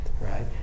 right